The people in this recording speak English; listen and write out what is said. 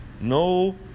No